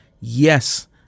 Yes